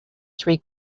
three